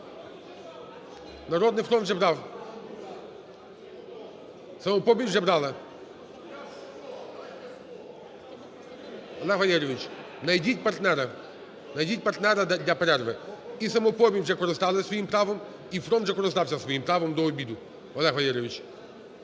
"Народний фронт" вже брав. "Самопоміч" вже брала… Олег Валерійович, найдіть партнера для перерви, і "Самопоміч" вже користалась своїм правом і "Фронт" вже користався своїм правом до обіду, Олег Валерійович.